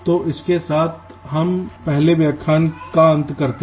तो इसके साथ हम इस पहले व्याख्यान के अंत में आते हैं